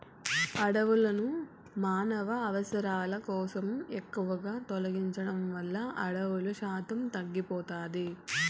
అడవులను మానవ అవసరాల కోసం ఎక్కువగా తొలగించడం వల్ల అడవుల శాతం తగ్గిపోతాది